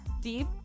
deep